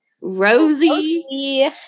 Rosie